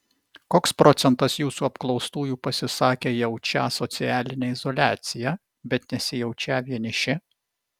koks procentas jūsų apklaustųjų pasisakė jaučią socialinę izoliaciją bet nesijaučią vieniši